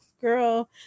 Girl